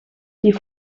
die